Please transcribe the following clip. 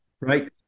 right